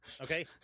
Okay